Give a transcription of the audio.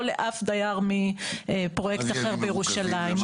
לא לאף דייר מפרויקט אחר בירושלים.